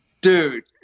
dude